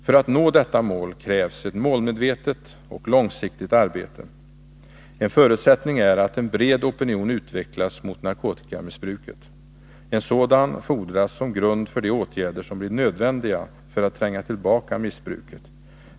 För att nå detta mål krävs ett målmedvetet och långsiktigt arbete. En förutsättning är att en bred opinion utvecklas mot narkotikamissbruket. En sådan fordras som grund för de åtgärder som blir nödvändiga för att tränga tillbaka missbruket.